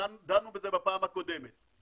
דנו בזה בפעם הקודמת,